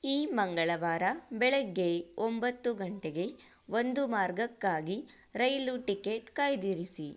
ಈ ಮಂಗಳವಾರ ಬೆಳಿಗ್ಗೆ ಒಂಬತ್ತು ಗಂಟೆಗೆ ಒಂದು ಮಾರ್ಗಕ್ಕಾಗಿ ರೈಲು ಟಿಕೆಟ್ ಕಾಯ್ದಿರಿಸಿ